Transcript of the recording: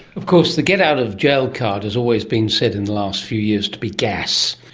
of course the get-out-of-jail card has always been said in the last few years to be gas.